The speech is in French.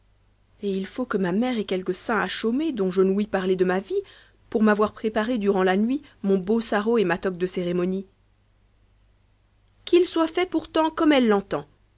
et il faut que ma mère ait quelque saint à chômer dont je n'ouïs parler de ma vie pour m'avoir prépare durant la nuit mon beau sarrau et ma toque de cérémonie qu'il soit fait pourtant comme elle t'entend